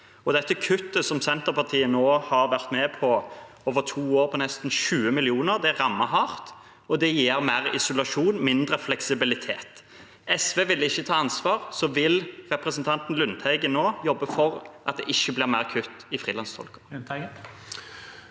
Det kuttet som Senterpartiet nå har vært med på over to år, med nesten 20 mill. kr, rammer hardt, og det gir mer isolasjon og mindre fleksibilitet. SV ville ikke ta ansvar, så vil representanten Lundteigen nå jobbe for at det ikke blir flere kutt til frilanstolker?